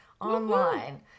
online